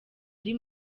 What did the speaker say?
ari